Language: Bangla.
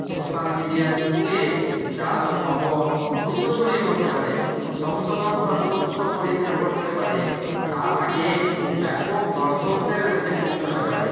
সোশাল মিডিয়ার যুগে জাল খবর দ্রুত ছড়িয়ে পড়তে পারে সংশোধন বা সত্য পরীক্ষা ঘটতে পারে তার আগে ব্যাপক দর্শকদের কাছে পৌঁছাতে পারে